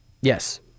yes